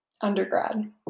undergrad